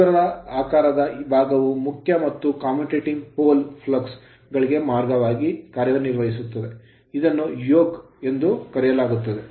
ಉಂಗುರದ ಆಕಾರದ ಭಾಗವು ಮುಖ್ಯ ಮತ್ತು commutating commutating pole pole flux flux ಗಳಿಗೆ ಮಾರ್ಗವಾಗಿ ಕಾರ್ಯನಿರ್ವಹಿಸುತ್ತದೆ ಇದನ್ನು yoke ನೊಗ ಎಂದು ಕರೆಯಲಾಗುತ್ತದೆ